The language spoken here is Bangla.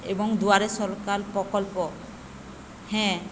এবং দুয়ারে সরকার প্রকল্প হ্যাঁ